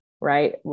right